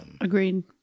Agreed